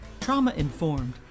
trauma-informed